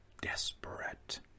Desperate